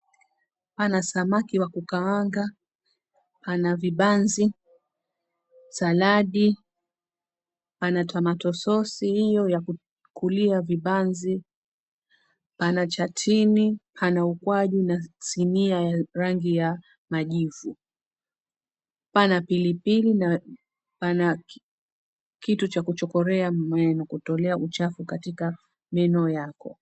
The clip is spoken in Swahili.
Pana samaki wa kukaanga, pana vibanzi, saladi, pana tomato source io yakukulia vibanzi , pana chatini , pana ukwaju na sinia ya rangi ya majivu. Pana pilipili na pana kitu cha kuchokorea meno, kutolea uchafu katika meno yako.